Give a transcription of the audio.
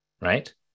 right